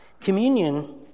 Communion